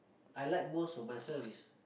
I like most of myself is